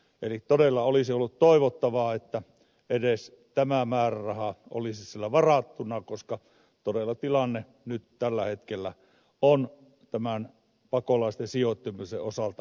eli todella olisi ollut toivottavaa että edes tämä määräraha olisi siellä varattuna koska todella tilanne tällä hetkellä on pakolaisten sijoittamisen osalta todella vaikea